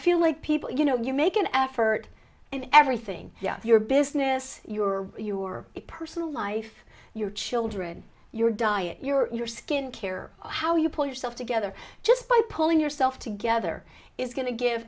feel like people you know you make an effort in everything your business you are your personal life your children your diet your skin care how you pull yourself together just by pulling yourself together is going to give